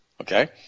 Okay